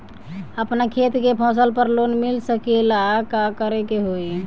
अपना खेत के फसल पर लोन मिल सकीएला का करे के होई?